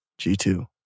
G2